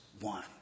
one